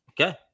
Okay